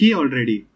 already